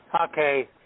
Okay